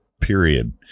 period